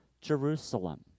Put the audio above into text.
Jerusalem